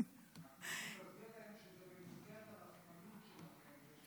אנחנו צריכים להסביר להם שזה במסגרת הרחמנות שלהם,